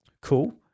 cool